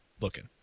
looking